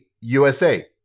USA